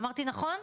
אמרתי נכון?